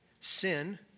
sin